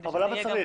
אבל למה צריך?